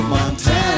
Montana